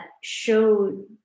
showed